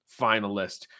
finalist